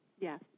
Yes